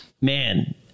Man